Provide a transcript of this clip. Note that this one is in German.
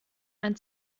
ein